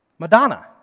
Madonna